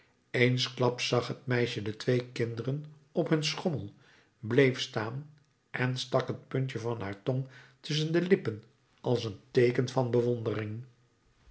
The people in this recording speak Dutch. eensklaps zag het meisje de twee kinderen op hun schommel bleef staan en stak het puntje van haar tong tusschen de lippen als een teeken van bewondering